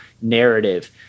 narrative